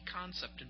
concept